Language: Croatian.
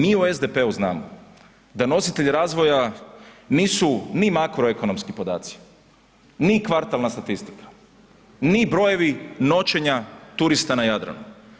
Mi u SDP-u znamo da nositelj razvoja nisu ni makroekonomski podaci, ni kvartalna statistika, ni brojevi noćenja turista na Jadranu.